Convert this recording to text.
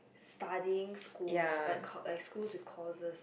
studying school like school courses